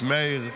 את מאיר,